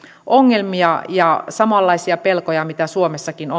ongelmia ja samanlaisia pelkoja kuin suomessakin